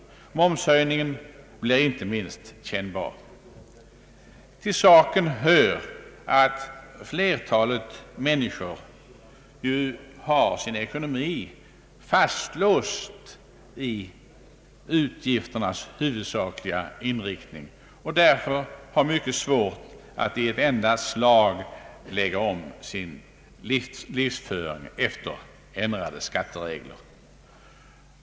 Inte minst momshöjningen blir kännbar. Till saken hör att flertalet människor ju har sin ekonomi fastlåst i utgifternas huvudsakliga inriktning och därför har mycket svårt att i ett enda slag lägga om sin livsföring efter ändrade skatteregler.